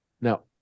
Now